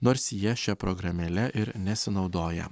nors jie šia programėle ir nesinaudoja